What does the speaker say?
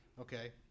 Okay